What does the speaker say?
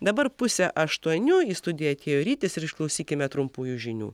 dabar pusę aštuonių į studiją atėjo rytis ir išklausykime trumpųjų žinių